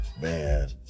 man